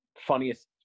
Funniest